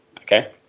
okay